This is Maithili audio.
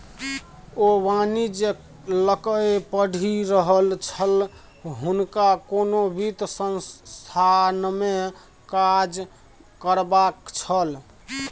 ओ वाणिज्य लकए पढ़ि रहल छल हुनका कोनो वित्त संस्थानमे काज करबाक छल